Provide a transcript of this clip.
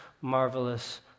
marvelous